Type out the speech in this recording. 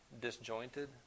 disjointed